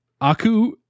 Aku